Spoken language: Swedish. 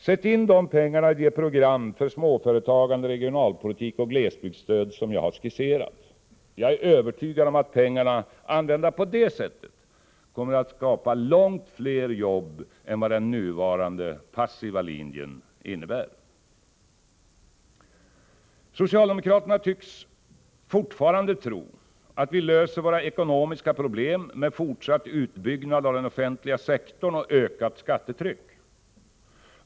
Sätt in de pengarna i det program för småföretagande, regionalpolitik och glesbygdsstöd som jag har skisserat! Jag är övertygad om att pengarna använda på det sättet kommer att skapa långt fler jobb än vad de gör genom den nuvarande passiva linjen. Socialdemokraterna tycks fortfarande tro att vi löser våra ekonomiska problem med fortsatt utbyggnad av den offentliga sektorn och ökat skattetryck.